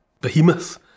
behemoth